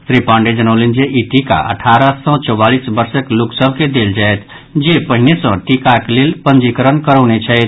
श्री पांडेय जनौलनि जे ई टीका आठारह सँ चौबालिस वर्षक लोक सभ के देल जायत जे पहिने सँ टीकाक लेल पंजीकरण करौने छथि